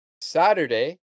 Saturday